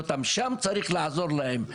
שם צריך לעזור להם.